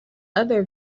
other